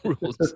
rules